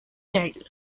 nägel